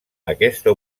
aquesta